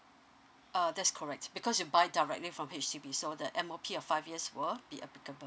uh that's correct because you buy directly from his you be so the m o p a five years world be applicable